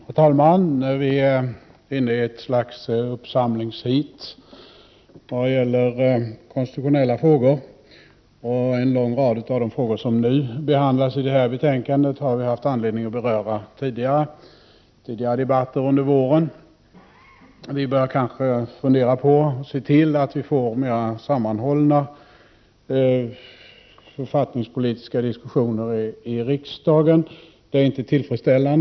Herr talman! Nu pågår ett slags uppsamlings-heat vad gäller konstitutionella frågor, och en lång rad av de frågor som behandlas i detta betänkande har berörts i tidigare debatter under våren. Det finns kanske anledning att se till att mera sammanhållna författningspolitiska diskussioner kan anordnas i riksdagen.